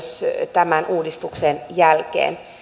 tämän uudistuksen jälkeen